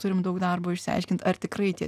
turim daug darbo išsiaiškint ar tikrai tie